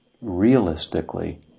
realistically